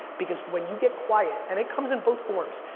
because when you get quiet, and it comes in both forms,